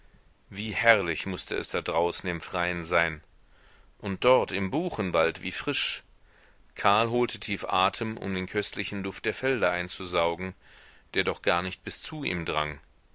wie herrlich mußte es da draußen im freien sein und dort im buchenwald wie frisch karl holte tief atem um den köstlichen duft der felder einzusaugen der doch gar nicht bis zu ihm drang